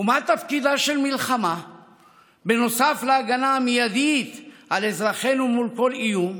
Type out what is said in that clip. ומה תפקידה של מלחמה נוסף על ההגנה המיידית על אזרחינו מול כל איום?